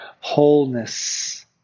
wholeness